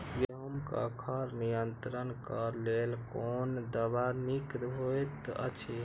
गेहूँ क खर नियंत्रण क लेल कोन दवा निक होयत अछि?